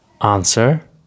Answer